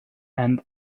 and